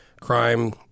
crime